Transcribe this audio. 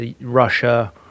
Russia